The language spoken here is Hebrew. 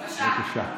בבקשה.